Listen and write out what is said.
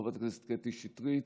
חברת הכנסת קטי שטרית,